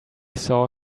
saw